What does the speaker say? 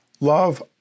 Love